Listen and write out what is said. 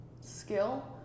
skill